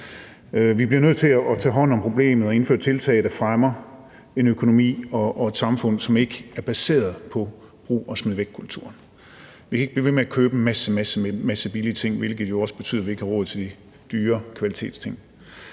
Vi bliver nødt til at tage hånd om problemet og indføre tiltag, der fremmer en økonomi og et samfund, som ikke er baseret på brug og smid væk-kulturen. Vi kan ikke blive ved med at købe en masse billige ting, for det betyder jo også, at vi ikke har råd til de dyre kvalitetsting.